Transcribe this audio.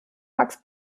max